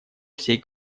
всей